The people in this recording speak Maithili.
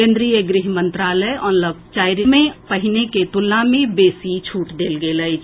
केन्द्रीय गृह मंत्रालय अनलॉक चारि मे पहिने के तुलना मे बेसी छूट देल गेल अछि